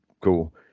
cool